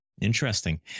Interesting